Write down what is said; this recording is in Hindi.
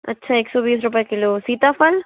अच्छा एक सौ बीस रुपए किलो सीता फल